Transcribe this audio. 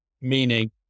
meaning